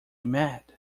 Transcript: mad